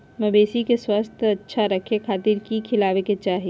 मवेसी के स्वास्थ्य अच्छा रखे खातिर की खिलावे के चाही?